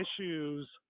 issues